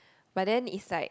but then is like